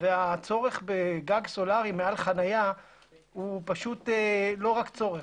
והצורך בגג סולרי מעל חניה פשוט לא רק צורך.